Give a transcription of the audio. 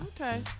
Okay